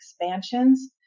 expansions